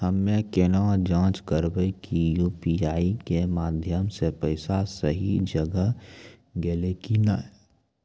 हम्मय केना जाँच करबै की यु.पी.आई के माध्यम से पैसा सही जगह गेलै की नैय?